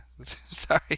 Sorry